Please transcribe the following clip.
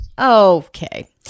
Okay